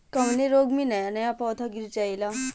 कवने रोग में नया नया पौधा गिर जयेला?